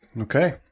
Okay